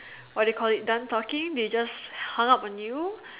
what you call it done talking they just hung up on you